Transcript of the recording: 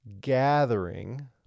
gathering